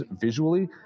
visually